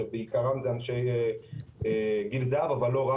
שבעיקרם זה אנשי גיל זהב אבל לא רק.